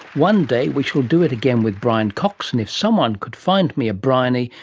one day we shall do it again with brian cox, and if someone could find me a briony,